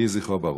יהי זכרו ברוך.